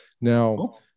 now